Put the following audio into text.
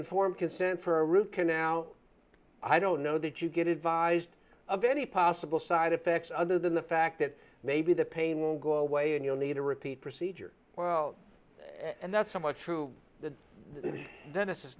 informed consent for a root canal i don't know that you get advised of any possible side effects other than the fact that maybe the pain will go away and you'll need a repeat procedure well and that's somewhat true